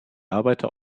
arbeiter